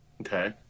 Okay